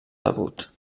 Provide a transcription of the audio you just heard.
debut